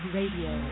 Radio